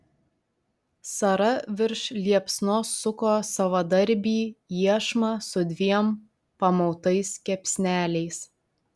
sara virš liepsnos suko savadarbį iešmą su dviem pamautais kepsneliais